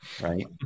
right